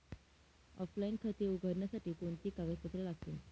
Offline खाते उघडण्यासाठी कोणती कागदपत्रे लागतील?